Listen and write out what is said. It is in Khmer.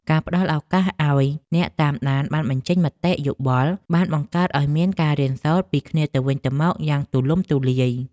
ការផ្ដល់ឱកាសឱ្យអ្នកតាមដានបានបញ្ចេញមតិយោបល់បានបង្កើតឱ្យមានការរៀនសូត្រពីគ្នាទៅវិញទៅមកយ៉ាងទូលំទូលាយ។